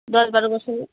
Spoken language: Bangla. দশ বারো বছরের